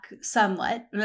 somewhat